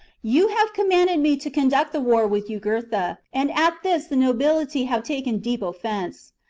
you have commanded me to conduct the war with jugurtha, and at this the nobility have taken deep offence.